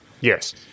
Yes